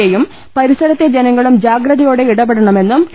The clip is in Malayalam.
എ യും പരിസരത്തെ ജനങ്ങളും ജാഗ്രതയോടെ ഇടപെടണമെന്നും ടി